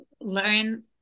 learn